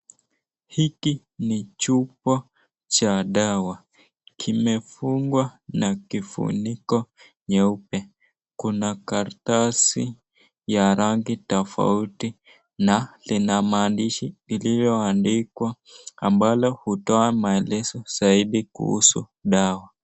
Hiki ni chupa cha dawa. Kimefungwa na kifuniko nyeupe. Kuna karatasi ya rangi tofauti na lina maandishi iliyoandikwa ambalo hutoa maelezo zaidi kuhusu dawa.